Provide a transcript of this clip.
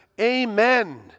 amen